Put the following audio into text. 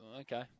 Okay